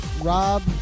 Rob